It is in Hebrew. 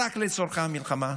רק לצורכי המלחמה,